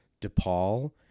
DePaul